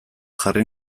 jarri